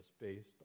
based